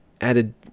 added